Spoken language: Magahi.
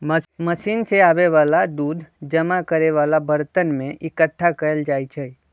मशीन से आबे वाला दूध जमा करे वाला बरतन में एकट्ठा कएल जाई छई